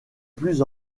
plus